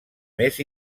més